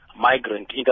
migrant